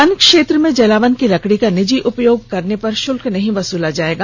वनक्षेत्र में जलावन की लकडी का निजी उपयोग करने पर शल्क नहीं वसुला जाएगा